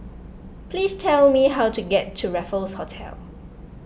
please tell me how to get to Raffles Hotel